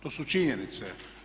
To su činjenice.